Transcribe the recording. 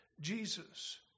Jesus